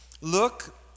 Look